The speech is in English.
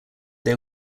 they